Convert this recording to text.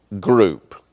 group